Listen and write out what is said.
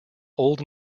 old